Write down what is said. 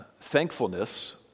thankfulness